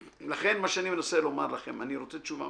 לכן, אני רוצה מכם תשובה